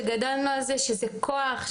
שגדלנו על זה שזה כוח,